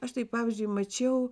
aš tai pavyzdžiui mačiau